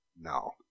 No